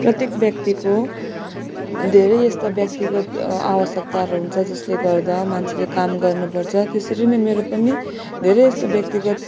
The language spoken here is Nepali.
प्रत्येक व्यक्तिको धेरै जस्ता व्यक्तिगत आवश्यकताहरू हुन्छ जसले गर्दा मान्छेले काम गर्नुपर्छ त्यसरी नै मेरो पनि धेरै जस्तो व्यक्तिगत